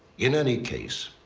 in any case,